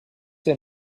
your